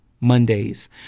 Mondays